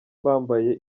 bambaye